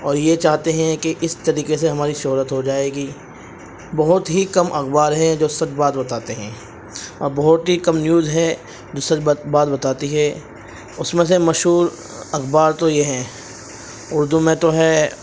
اور یہ چاہتے ہیں کہ اس طریقے سے ہماری شہرت ہو جائے گی بہت ہی کم اخبار ہیں جو سچ بات بتاتے ہیں اور بہت ہی کم نیوز ہیں جو سچ بت بات بتاتی ہے اس میں سے مشہور اخبار تو یہ ہیں اردو میں تو ہے